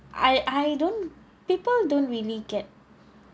I I don't people don't really get